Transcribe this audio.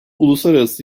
uluslararası